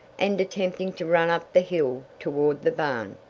and attempting to run up the hill toward the barn.